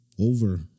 over